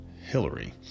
Hillary